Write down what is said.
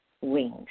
wings